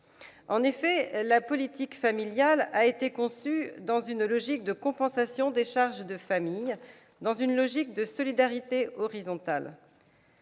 inspirer. La politique familiale a été conçue dans une logique de compensation des charges de famille et de solidarité horizontale.